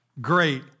great